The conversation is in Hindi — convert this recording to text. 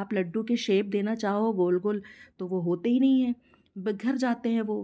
आप लड्डू की शेप देना चाहे गोल गोल तो वह होते ही नहीं है बिखर जाते हैं वो